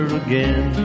again